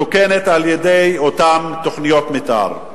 מתוקנת על-ידי אותן תוכניות מיתאר.